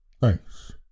thanks